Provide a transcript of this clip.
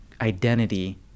identity